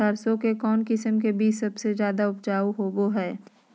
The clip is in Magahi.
सरसों के कौन किस्म के बीच सबसे ज्यादा उपजाऊ होबो हय?